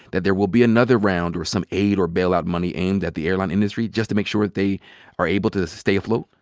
that there will be another round of some aid or bailout money aimed at the airline industry just to make sure they are able to stay afloat?